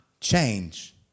change